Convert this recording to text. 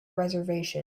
reservation